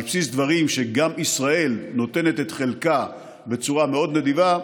על בסיס דברים שגם ישראל נותנת את חלקה בצורה מאוד נדיבה,